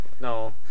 No